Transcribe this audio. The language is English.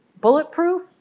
bulletproof